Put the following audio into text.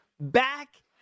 back